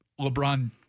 LeBron